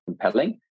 compelling